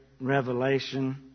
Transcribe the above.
revelation